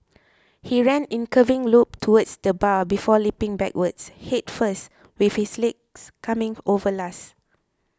he ran in curving loop towards the bar before leaping backwards head first with his legs coming over last